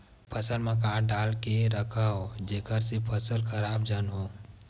फसल म का डाल के रखव जेखर से फसल खराब झन हो?